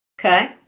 Okay